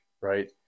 right